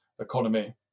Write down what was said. economy